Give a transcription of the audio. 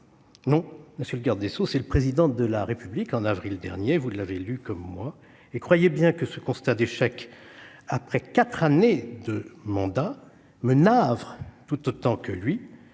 dis, monsieur le garde des sceaux, non, c'est le Président de la République au mois d'avril dernier, vous l'avez lu comme moi. Croyez bien que ce constat d'échec après quatre années de mandat me navre tout autant que lui